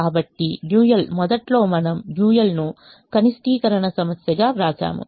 కాబట్టి డ్యూయల్ మొదట్లో మనం డ్యూయల్ ను కనిష్టీకరణ సమస్యగా రాశాము